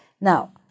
Now